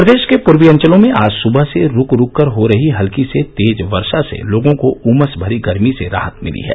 प्रदेश के पूर्वी अंचलों में आज सुबह से रूक रूक कर हो रही हल्की से तेज वर्षा से लोगों को उमस भरी गर्मी से राहत मिली है